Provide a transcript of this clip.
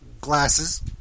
glasses